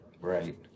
Right